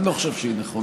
אני לא חושב שהיא נכונה.